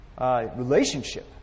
relationship